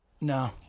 No